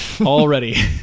already